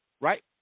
Right